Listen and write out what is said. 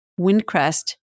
Windcrest